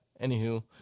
anywho